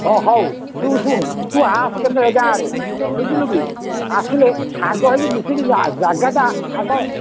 ହଁ ହଉ ଶୁଣ ଶୁଣ ତୁ ଆସେ କେତେବେଳେ ଗାଁ ଆଡ଼େ ବୁଝିଲୁକି ଆସିଲେ ସାଙ୍ଗ ହୋଇ ମିଶିକି ଜାଗାଟା ଆଗ